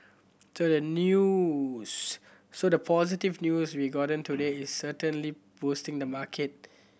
so the news so the positive news we've gotten today is certainly boosting the market